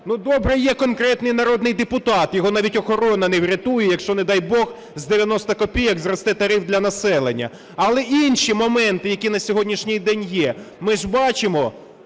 добре, є конкретний народний депутат, його навіть охорона не врятує, якщо, не дай Бог, з 90 копійок зросте тариф для населення. Але інші моменти, які на сьогоднішній день є. Ми ж бачимо: